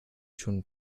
schon